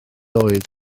oed